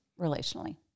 relationally